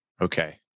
Okay